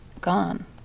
gone